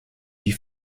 wie